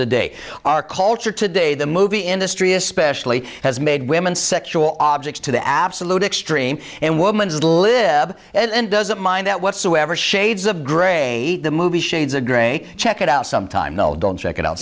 today our culture today the movie industry especially has made women sexual objects to the absolute extreme and woman's lib and doesn't mind that whatsoever shades of grey the movie shades of grey check it out sometime no don't check it out